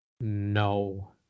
No